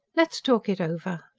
let us talk it over.